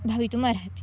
भवितुम् अर्हति